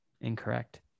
Incorrect